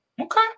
Okay